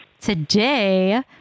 Today